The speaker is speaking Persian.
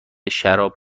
شراب